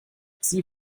sie